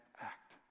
act